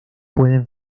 pueden